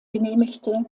genehmigte